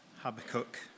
Habakkuk